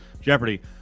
jeopardy